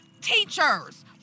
teachers